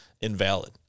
invalid